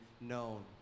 known